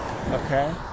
Okay